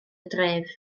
dref